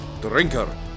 drinker